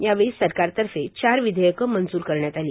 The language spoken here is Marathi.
यावेळी सरकारतर्फे चार विधेयकं मंजूर करण्यात आली